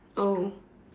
oh